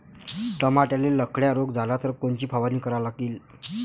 टमाट्याले लखड्या रोग झाला तर कोनची फवारणी करा लागीन?